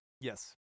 Yes